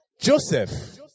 Joseph